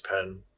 pen